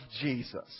Jesus